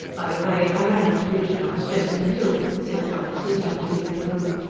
by the way, i ran into richard on specimen hill, said john as he turned to leave the room.